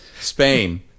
Spain